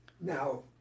Now